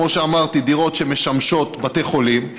כמו שאמרתי, דירות שמשמשות בתי חולים,